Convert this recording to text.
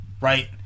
right